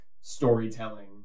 storytelling